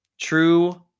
True